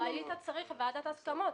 היית צריך ועדת הסכמות,